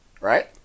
right